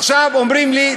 עכשיו אומרים לי,